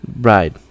Right